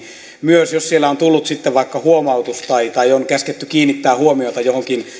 myös niin jos siellä on tullut sitten vaikka huomautus tai on käsketty kiinnittää huomiota johonkin